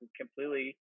completely